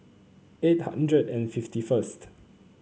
eight hundred and fifty first